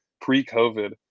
pre-COVID